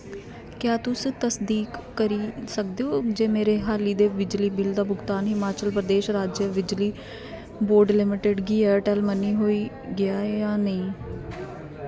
क्या तुस तसदीक करी सकदे ओ जे मेरे हाली दे बिजली बिल दा भुगतान हिमाचल प्रदेश राज्य बिजली बोर्ड लिमिटेड गी एयरटेल मनी होई गेआ ऐ जां नेईं